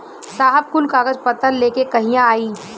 साहब कुल कागज पतर लेके कहिया आई?